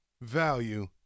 value